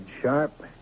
Sharp